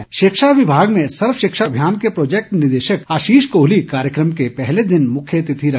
प्रदेश शिक्षा विभाग में सर्वशिक्षा अभियान के प्रोजैक्ट निर्देशक आशीष कोहली कार्यक्रम के पहले दिन मुख्य अतिथि रहे